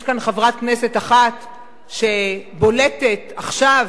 יש כאן חברת כנסת אחת שבולטת עכשיו